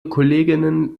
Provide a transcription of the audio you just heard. kolleginnen